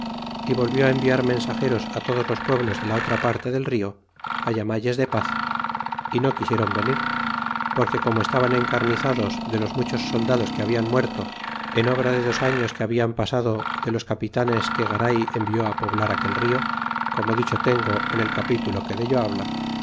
y volvió enviar mensageros todos los pueblos de la otra parte del rio hamalles de paz y no quisieron venir porque como estaban encarnizados de los muchos soldados que hablan muerto en obra de dos arios que habian pasado de los capitanes que garay envió poblar aquel río como dicho tengo en el capitulo que dello habla